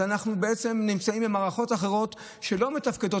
אז אנחנו בעצם נמצאים במערכות אחרות שלא מתפקדות